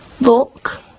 look